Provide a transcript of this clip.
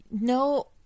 no